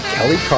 Kelly